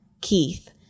Keith